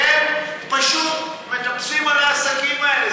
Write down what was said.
והם פשוט מטפסים על העסקים האלה,